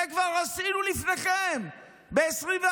את זה כבר עשינו לפניכם ב-2021.